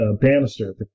Bannister